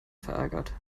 verärgert